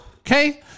Okay